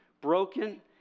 broken